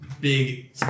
big